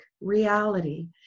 reality